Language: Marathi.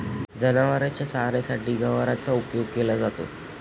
जनावरांच्या चाऱ्यासाठीही गवारीचा उपयोग केला जातो